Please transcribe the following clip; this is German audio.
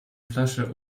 flasche